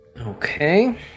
Okay